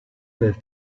del